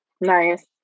Nice